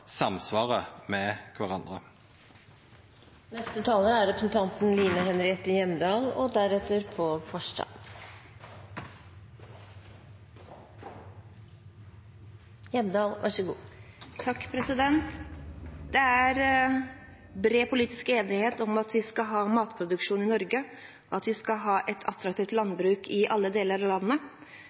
med kvarandre. Det er bred politisk enighet om at vi skal ha matproduksjon i Norge, og at vi skal ha et attraktivt landbruk i alle deler av landet.